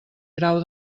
grau